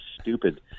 stupid